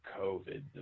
COVID